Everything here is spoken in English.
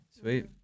Sweet